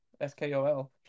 S-K-O-L